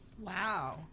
Wow